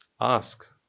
Ask